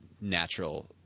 natural